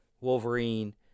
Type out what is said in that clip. Wolverine